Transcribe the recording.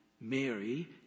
Mary